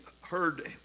heard